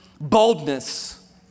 boldness